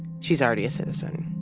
she's already a citizen.